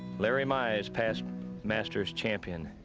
larry mize past masters champion,